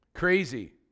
crazy